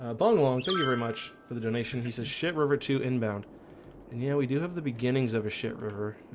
ah but um so you very much for the donation he says shit river to inbound and you know, we do have the beginnings of a shit river.